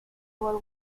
were